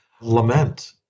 lament